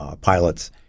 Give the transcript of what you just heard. pilots